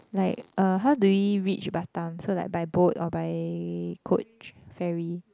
like uh how do we reach Batam so like by boat or by coach ferry